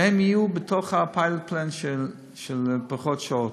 שהם יהיו בתוך ה-pilot plan של פחות שעות.